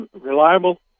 reliable